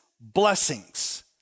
blessings